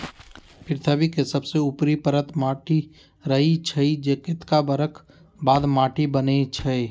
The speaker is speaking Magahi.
पृथ्वी के सबसे ऊपरी परत माटी रहै छइ जे कतेको बरख बाद माटि बनै छइ